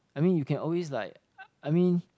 I mean you can always like I mean